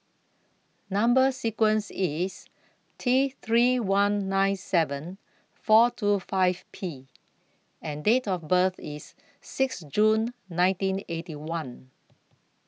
Number sequence IS T three one nine seven four two five P and Date of birth IS six June nineteen Eighty One